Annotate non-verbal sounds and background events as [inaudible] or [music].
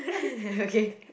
[laughs] okay